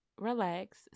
relax